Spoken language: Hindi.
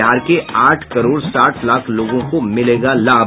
बिहार के आठ करोड़ साठ लाख लोगों को मिलेगा लाभ